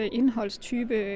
indholdstype